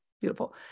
beautiful